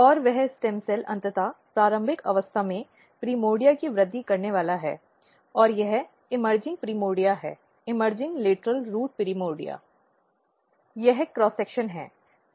और वह stem cell अंततः प्रारंभिक अवस्था में प्राइमर्डियाकी वृद्धि करने वाला है और यह इमर्जिंग प्राइमोर्डिया है इमर्जिंग लेटरल रूट प्राइमर्डिया यह क्रॉस सेक्शन है